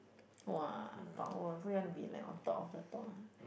!wah! power so you want to be like on top of the top ah